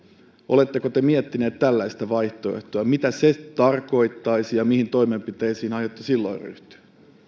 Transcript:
oletteko te miettinyt tällaista vaihtoehtoa mitä se tarkoittaisi ja mihin toimenpiteisiin aiotte silloin ryhtyä